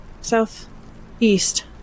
Southeast